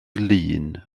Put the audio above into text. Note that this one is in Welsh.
lŷn